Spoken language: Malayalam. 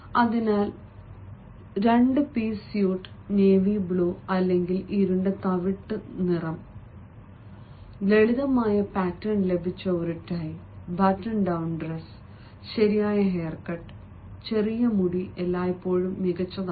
അതിനാൽ രണ്ട് പീസ് സ്യൂട്ട് നേവി ബ്ലൂ അല്ലെങ്കിൽ മറ്റൊരു ഇരുണ്ട നിറം ലളിതമായ പാറ്റേൺ ലഭിച്ച ഒരു ടൈ ബട്ടൺ ഡൺ ഡ്രസ് ശരിയായ ഹെയർകട്ട് ചെറിയ മുടി എല്ലായ്പ്പോഴും മികച്ചതാണ്